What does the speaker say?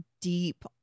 deep